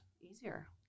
easier